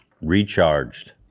Recharged